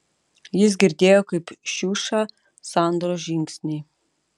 jis girdėjo kaip šiuša sandros žingsniai